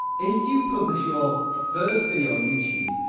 if you publish your first video on youtube,